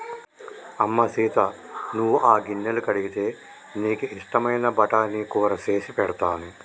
అమ్మ సీత నువ్వు ఆ గిన్నెలు కడిగితే నీకు ఇష్టమైన బఠానీ కూర సేసి పెడతాను